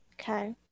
okay